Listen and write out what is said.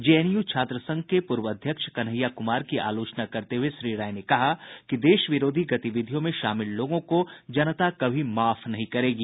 JNU छात्र संघ के पूर्व अध्यक्ष कन्हैया कुमार की आलोचना करने हुये श्री राय ने कहा कि देश विरोधी गतिविधियों में शामिल लोगों को जनता कभी माफ नहीं करेगी